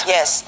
Yes